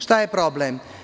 Šta je problem?